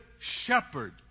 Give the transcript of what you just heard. shepherd